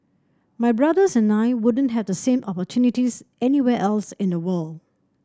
my brothers and I wouldn't have the same opportunities anywhere else in the world